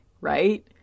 right